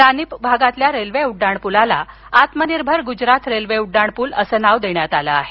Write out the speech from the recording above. रानिप भागातील रेल्वे उड्डाण पुलाला आत्मनिर्भर गुजरात रेल्वे उड्डाण पूल अस नाव देण्यात आल आहे